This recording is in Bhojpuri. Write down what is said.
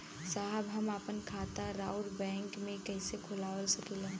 साहब हम आपन खाता राउर बैंक में कैसे खोलवा सकीला?